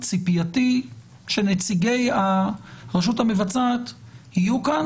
ציפייתי שנציגי הרשות המבצעת יהיו כאן